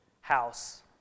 house